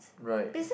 right